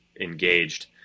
engaged